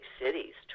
cities